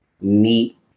meet